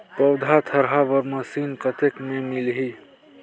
पौधा थरहा बर मशीन कतेक मे मिलही?